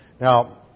Now